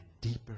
deeper